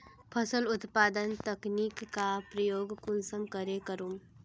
फसल उत्पादन तकनीक का प्रयोग कुंसम करे करूम?